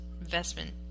investment